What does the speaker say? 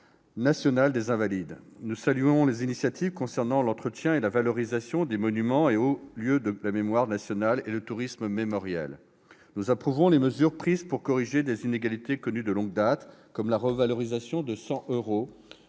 Nous saluons les initiatives concernant l'entretien et la valorisation des monuments et hauts lieux de la mémoire nationale et le tourisme mémoriel. Nous approuvons les mesures prises pour corriger des inégalités connues de longue date, comme la revalorisation de 100 euros